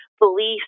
beliefs